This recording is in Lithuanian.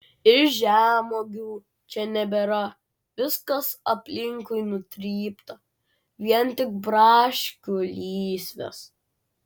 ir žemuogių čia nebėra viskas aplinkui nutrypta vien tik braškių lysvės